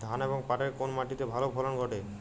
ধান এবং পাটের কোন মাটি তে ভালো ফলন ঘটে?